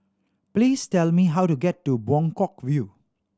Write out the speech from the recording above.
please tell me how to get to Buangkok View